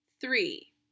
Three